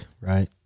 right